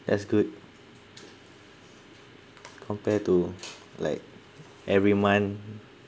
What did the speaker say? that's good compare to like every month